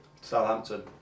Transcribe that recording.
Southampton